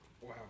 Wow